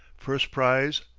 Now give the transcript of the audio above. first prize,